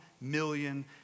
million